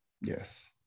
Yes